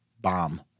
bomb